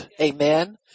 Amen